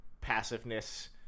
passiveness